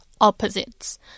opposites